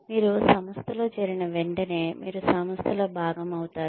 మీరు సంస్థలో చేరిన వెంటనే మీరు సంస్థలో భాగమవుతారు